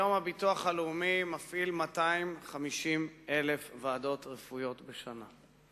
היום הביטוח הלאומי מפעיל 250,000 ועדות רפואיות בשנה.